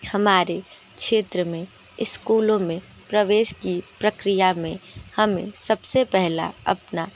हमारे क्षेत्र में स्कूलों में प्रवेश की प्रक्रिया में हमें सबसे पहला अपना